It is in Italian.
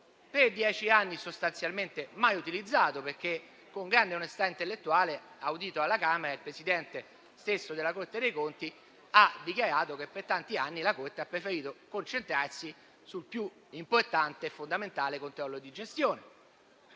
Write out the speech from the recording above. per dieci anni sostanzialmente mai utilizzato visto che, con grande onestà intellettuale, audito alla Camera, lo stesso Presidente della Corte dei conti ha dichiarato che per tanti anni la Corte ha preferito concentrarsi sul più importante e fondamentale controllo di gestione.